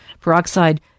peroxide